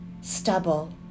stubble